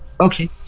okay